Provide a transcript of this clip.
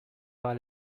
par